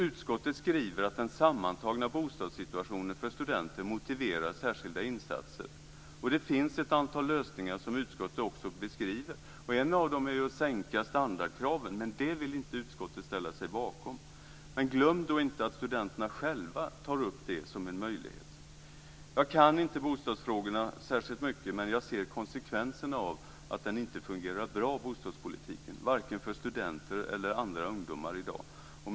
Utskottet skriver att den sammantagna bostadssituationen för studenter motiverar särskilda insatser. Det finns ett antal lösningar som utskottet beskriver, och en av dem är att sänka standardkraven, men det vill inte utskottet ställa sig bakom. Men glöm då inte att studenterna själva tar upp detta som en möjlighet. Jag kan inte bostadsfrågorna särskilt bra, men jag ser konsekvenserna av att den inte fungerar bra i dag, vare sig för studenter eller andra ungdomar.